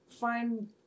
find